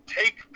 take